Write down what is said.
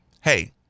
hey